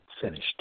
finished